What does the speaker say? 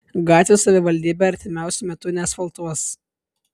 gatvės savivaldybė artimiausiu metu neasfaltuos